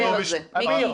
אנחנו תיכף נדבר על זה, מיקי.